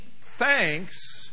thanks